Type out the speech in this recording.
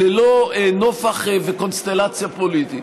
ללא נופך וקונסטלציה פוליטית.